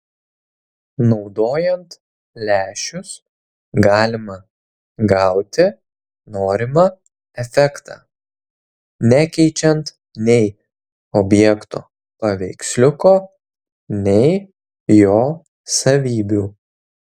naudojant lęšius galima gauti norimą efektą nekeičiant nei objekto paveiksliuko nei jo savybių